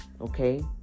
okay